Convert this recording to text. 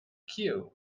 cue